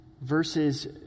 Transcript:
verses